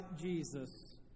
Jesus